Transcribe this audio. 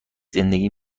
زندگی